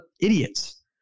idiots